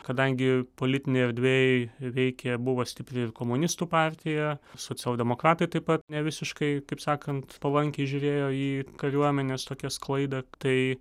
kadangi politinėj erdvėj veikė buvo stipri ir komunistų partija socialdemokratai taip pat ne visiškai kaip sakant palankiai žiūrėjo į kariuomenės tokią sklaidą tai